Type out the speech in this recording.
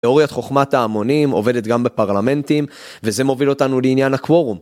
תיאוריית חוכמת ההמונים עובדת גם בפרלמנטים וזה מוביל אותנו לעניין הקוורום.